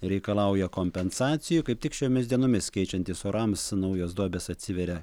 reikalauja kompensacijų kaip tik šiomis dienomis keičiantis orams naujos duobės atsiveria